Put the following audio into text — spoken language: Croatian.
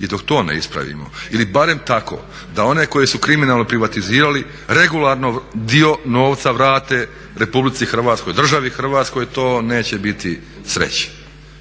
I dok to ne ispravimo ili barem tako da one koji su kriminalno privatizirali regularno dio novca vrate RH, državi Hrvatskoj to neće biti sreće.